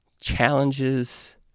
challenges